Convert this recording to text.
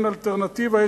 אין אלטרנטיבה?